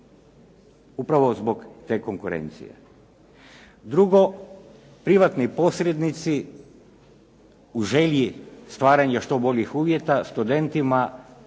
Upravo zbog te konkurencije. Drugo, privatni posrednici u želji stvaranja što boljih uvjeta studentima